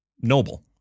noble